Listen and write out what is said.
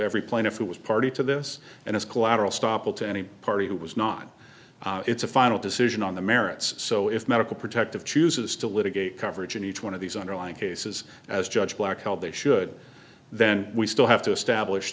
every plaintiff it was party to this and it's collateral stoppel to any party who was not it's a final decision on the merits so if medical protective chooses to litigate coverage in each one of these underlying cases as judge black hell they should then we still have to establish